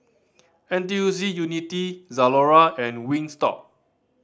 N T U C Unity Zalora and Wingstop